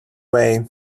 way